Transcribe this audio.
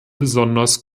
besonders